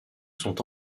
sont